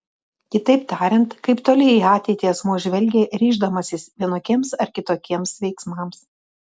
kitaip tariant kaip toli į ateitį asmuo žvelgia ryždamasis vienokiems ar kitokiems veiksmams